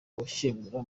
gushyingura